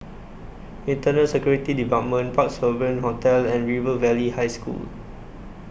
Internal Security department Parc Sovereign Hotel and River Valley High School